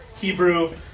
Hebrew